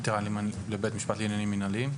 עתירה לבית משפט לעניינים מנהליים?